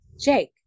Jake